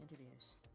interviews